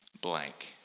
blank